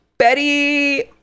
Betty